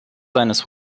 seines